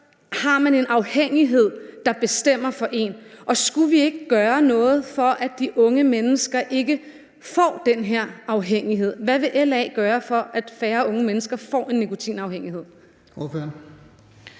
har man en afhængighed, der bestemmer for en. Og skulle vi ikke gøre noget, for at de unge mennesker ikke får den her afhængighed? Hvad vil LA gøre, for at færre unge mennesker får en nikotinafhængighed?